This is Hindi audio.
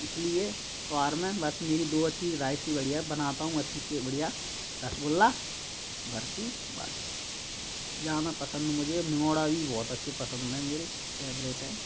इसलिए त्यौहार में बस मेरी दो चीज राय सी बढ़िया है बनाता हूँ अच्छी चीज बढ़िया रसगुल्ला बर्फी बस ज़्यादा पसंद मुझे मुंगौड़ा भी बहुत अच्छे पसंद मैं मेरे फेवरेट है